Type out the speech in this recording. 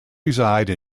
reside